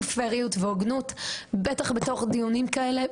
פייריות והוגנות בטח בתוך דיונים כאלה,